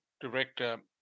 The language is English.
director